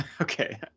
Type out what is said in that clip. Okay